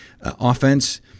offense